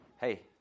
hey